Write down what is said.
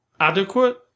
adequate